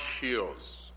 heals